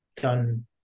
done